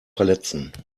verletzen